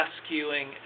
rescuing